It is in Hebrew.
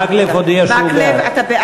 מקלב הודיע שהוא בעד.